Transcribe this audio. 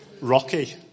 Rocky